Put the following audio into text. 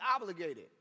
obligated